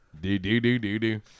do-do-do-do-do